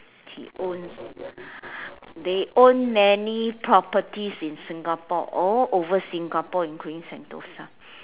he own they own many properties in Singapore all over Singapore including Sentosa